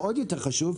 ועוד יותר חשוב,